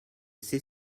c’est